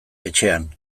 etxean